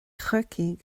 chorcaí